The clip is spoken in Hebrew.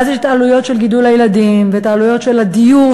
ואז יש את העלויות של גידול הילדים ואת העלויות של הדיור,